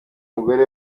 mugore